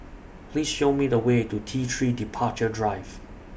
Please Show Me The Way to T three Departure Drive